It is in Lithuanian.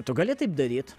tu gali taip daryt